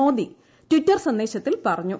Modi Twitter സന്ദേശത്തിൽ പറഞ്ഞു